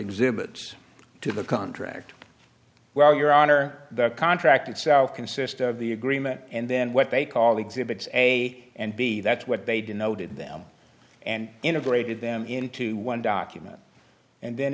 exhibits to the contract well your honor the contract itself consists of the agreement and then what they call exhibits a and b that's what they did noted them and integrated them into one document and then